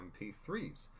MP3s